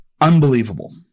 Unbelievable